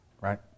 right